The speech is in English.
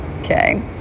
Okay